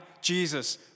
Jesus